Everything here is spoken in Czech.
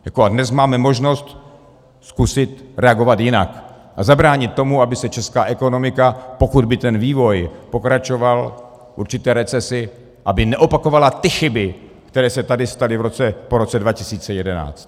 A dnes máme možnost zkusit reagovat jinak a zabránit tomu, aby se česká ekonomika, pokud by ten vývoj pokračoval k určité recesi, aby neopakovala ty chyby, které se tady staly po roce 2011.